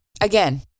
Again